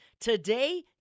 Today